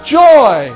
joy